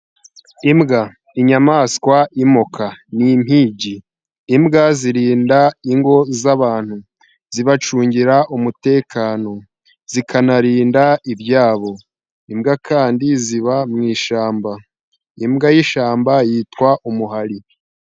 Imbwa inyamanswa imoka n'impigi, imbwa zirinda ingo z'abantu, zibacungira umutekano, zikanarinda ibyabo, imbwa kandi ziba mu ishyamba, imbwa y'ishyamba yitwa umuhari.